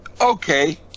okay